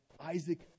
Isaac